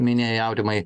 minėjai aurimai